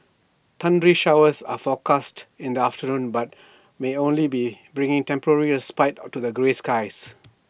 thundery showers are forecast in the afternoon but may only be bring A temporary respite to the grey skies